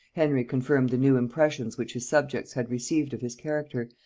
henry confirmed the new impressions which his subjects had received of his character,